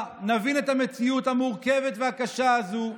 ונבין את המציאות המורכבת והקשה הזאת.